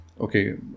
okay